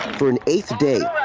for an eighth day.